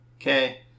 Okay